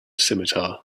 scimitar